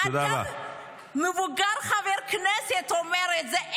אדם מבוגר, חבר כנסת, אומר את זה.